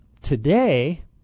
Today